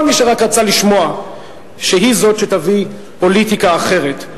מי שרק רצה לשמוע שהיא זאת שתביא פוליטיקה אחרת,